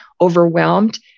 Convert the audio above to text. overwhelmed